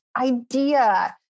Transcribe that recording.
idea